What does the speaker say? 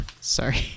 Sorry